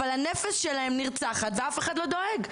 אבל הנפש שלהם נרצחת ואף אחד לא דואג.